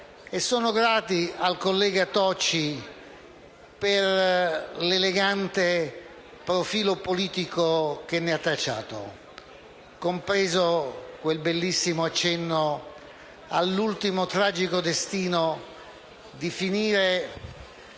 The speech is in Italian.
sono grati al collega Tocci per l'elegante profilo politico che ne ha tracciato, compreso quel bellissimo accenno all'ultimo tragico destino di finire